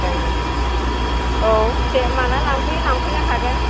ए औ दे माला लांफैयो लंफैनो हागोन